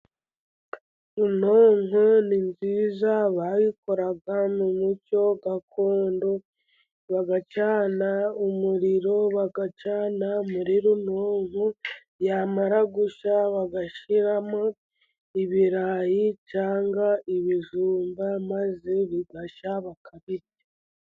Runonko ni nziza. Bayikoraga mu muco gakondo , bagacana umuriro , bagacana muri runonko . Yamara gushya bagashiramo ibirayi cyangwa ibijumba , maze bigashya bakabirya.